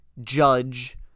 judge